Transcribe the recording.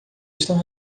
estão